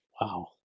Wow